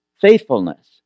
faithfulness